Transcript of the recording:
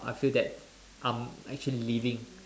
I feel that I'm actually living